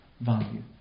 value